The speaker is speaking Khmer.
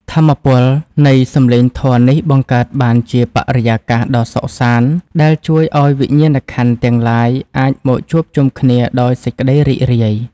ថាមពលនៃសម្លេងធម៌នេះបង្កើតបានជាបរិយាកាសដ៏សុខសាន្ត ដែលជួយឱ្យវិញ្ញាណក្ខន្ធទាំងឡាយអាចមកជួបជុំគ្នាដោយសេចក្ដីរីករាយ។